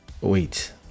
wait